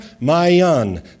Mayan